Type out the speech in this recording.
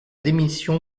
démission